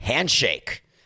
handshake